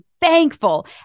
thankful